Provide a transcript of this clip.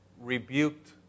rebuked